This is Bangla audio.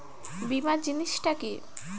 বীমা জিনিস টা কি?